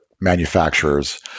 manufacturers